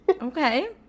Okay